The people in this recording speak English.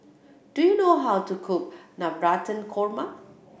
do you know how to cook Navratan Korma